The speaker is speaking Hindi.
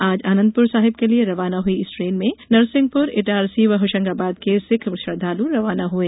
आज आनंदपुर साहिब के लिए रवाना हुई इस ट्रेन में नरसिंहपुर इटारसी व होशंगाबाद के सिख श्रद्वालु रवाना हुए